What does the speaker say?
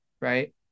Right